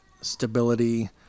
stability